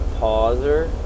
pauser